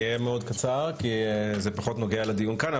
אני אהיה מאוד קצר כי זה פחות נוגע לדיון כאן,